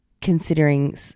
considering